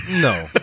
No